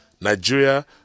Nigeria